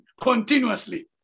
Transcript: continuously